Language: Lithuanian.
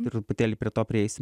truputėlį prie to prieisim